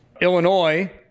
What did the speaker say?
Illinois